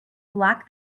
block